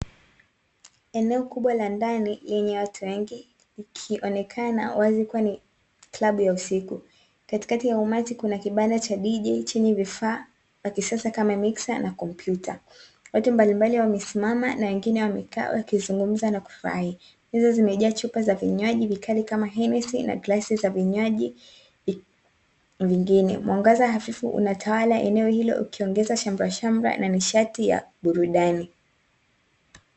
Eneo kubwa la ndani lenye watu wengi likionekana uwazi kuwa ni klabu ya usiku, katikati ya umati kuna kibanda cha DJ chenye vifaa vya kisasa kama miksa na komputa. Watu mbalimbali wamesimama na wengine wamekaa wakizungumza nakufurahi, meza zimejaa vinywaji vikali kama henesi na glasi za vinywaji vingine mwangaza hafifu unatawala eneo hilo ukiongeza shamra shamra na nishati ya burudani.